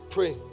Pray